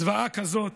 זוועה כזאת